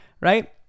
right